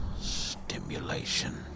stimulation